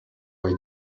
way